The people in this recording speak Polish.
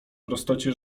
prostocie